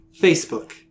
Facebook